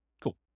Cool